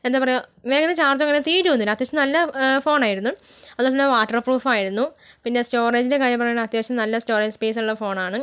എന്താ പറയാ വേഗമൊന്നും ചാർജാകും അങ്ങനെ തീരുവൊന്നൂല്ല അത്യാവശ്യം നല്ല ഫോണായിരുന്നു അതുപോലെത്തന്നെ വാട്ടർ പ്രൂഫായിരുന്നു പിന്നെ സ്റ്റോറേജിൻ്റെ കാര്യം പറയാണേൽ അത്യാവശ്യം നല്ല സ്റ്റോറേജ് സ്പേസുള്ള ഫോണാണ്